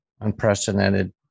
unprecedented